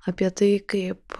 apie tai kaip